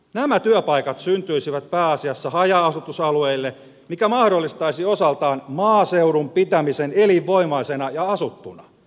nämä työpaikat syntyisivät pääasiassa haja asutusalueille mikä mahdollistaisi osaltaan maaseudun pitämisen elinvoimaisena ja asuttuna